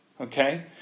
Okay